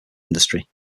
industry